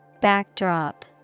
Backdrop